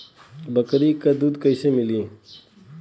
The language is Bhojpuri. बकरी क दूध कईसे मिली?